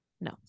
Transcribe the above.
no